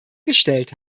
gestellt